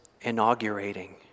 inaugurating